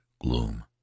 gloom